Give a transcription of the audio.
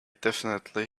definitely